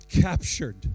Captured